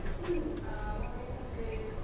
more recently